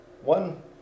one